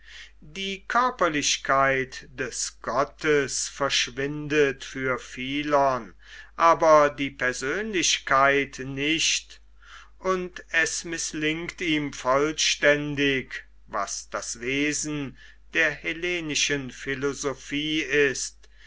die körperlichkeit des gottes verschwindet für philon aber die persönlichkeit nicht und es mißlingt ihm vollständig was das wesen der hellenischen philosophie ist